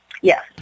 Yes